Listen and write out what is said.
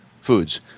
foods